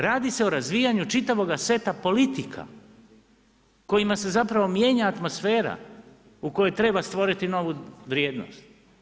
Radi se o razvijanju čitavoga seta politika, kojima se zapravo mijenja atmosfera, u kojoj treba stvoriti novu vrijednost.